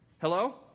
Hello